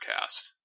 cast